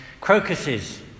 crocuses